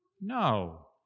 No